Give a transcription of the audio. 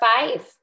five